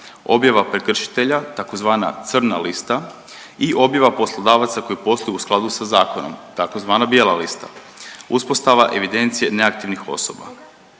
objava prekršitelja, tzv. crna lista i objava poslodavaca koji posluju u skladu sa zakonom, tzv. bijela lista, uspostava evidencije neaktivnih osoba.